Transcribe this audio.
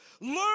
learn